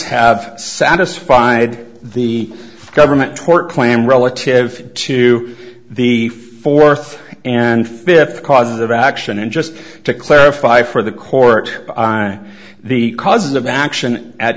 have satisfied the government tort claim relative to the fourth and fifth cause of action and just to clarify for the court the cause of action at